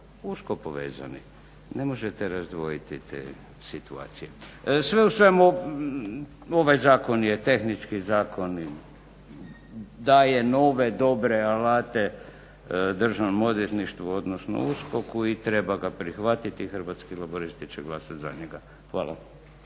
usko povezani. Ne možete razdvojiti te situacije. Sve u svemu ovaj zakon je tehnički zakon i daje nove, dobre alate Državnom odvjetništvu, odnosno USKOK-u i treba ga prihvatiti. Hrvatski laburisti će glasati za njega. Hvala.